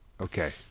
Okay